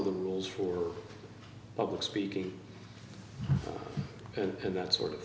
of the rules for public speaking and that sort of